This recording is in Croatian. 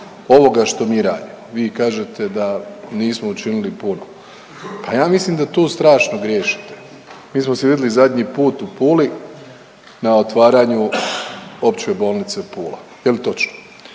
ovoga što mi radimo. Vi kažete da nismo učinili puno. Pa ja mislim da tu strašno griješite. Mi smo se vidjeli zadnji put u Puli na otvaranju opće bolnice Pula. Je li točno?